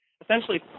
essentially